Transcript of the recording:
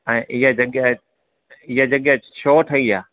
ऐं इहा जॻहिया इहा जॻहिया छो ठही आहे